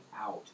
out